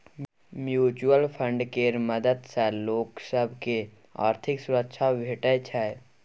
mutual fund केर मदद सँ लोक सब केँ आर्थिक सुरक्षा भेटै छै